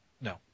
No